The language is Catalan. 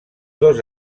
dos